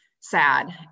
sad